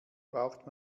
braucht